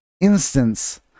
instance